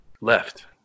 left